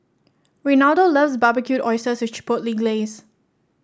Reynaldo loves Barbecued Oysters with Chipotle Glaze